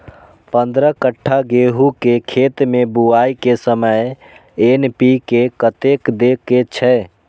पंद्रह कट्ठा गेहूं के खेत मे बुआई के समय एन.पी.के कतेक दे के छे?